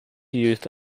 youth